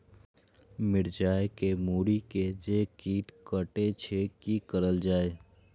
मिरचाय के मुरी के जे कीट कटे छे की करल जाय?